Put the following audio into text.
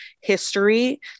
history